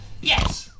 Yes